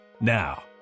Now